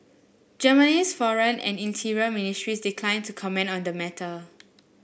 Germany's foreign and interior ministries declined to comment on the matter